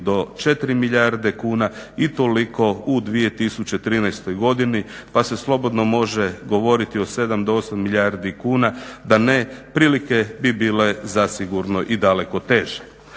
do 4 milijarde kuna i toliko u 2013. godini pa se slobodno može govoriti o 7 do 8 milijardi kuna, da neprilike bi bile zasigurno i daleko teže.